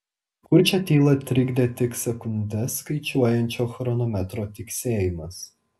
kurčią tylą trikdė tik sekundes skaičiuojančio chronometro tiksėjimas